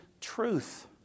truth